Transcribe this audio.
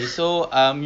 me ya